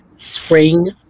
spring